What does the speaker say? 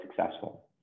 successful